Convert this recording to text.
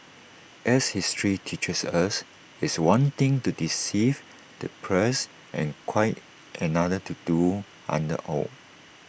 as history teaches us it's one thing to deceive the press and quite another to do so under oath